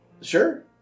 Sure